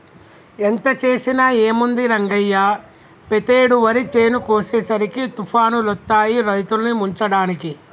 ఎంత చేసినా ఏముంది రంగయ్య పెతేడు వరి చేను కోసేసరికి తుఫానులొత్తాయి రైతుల్ని ముంచడానికి